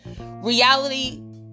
reality